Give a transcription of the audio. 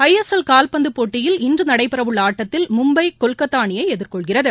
ஐ S L கால்பந்து போட்டியில் இன்று நடைபெறவுள்ள ஆட்டத்தில் மும்பை கொல்கத்தா அணியை எதிர்கொள்கிறது